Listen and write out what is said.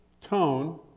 tone